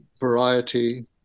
variety